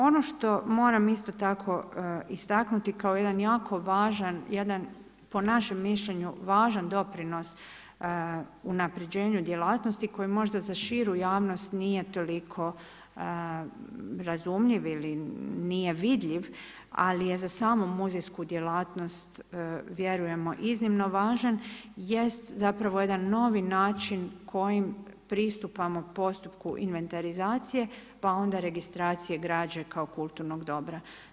Ono što moram isto tako istaknuti kao jedan jako važan jedan po našem mišljenju važan doprinos unapređenju djelatnosti koje možda za širu javnost nije toliko razumljiv ili nije vidljiv, ali je za samu muzejsku djelatnost iznimno važan, jest zapravo jedan novi način kojim pristupamo postupku inventarizacije pa onda registracije građe kao kulturnog dobra.